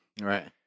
Right